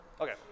Okay